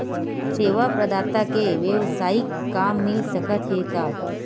सेवा प्रदाता के वेवसायिक काम मिल सकत हे का?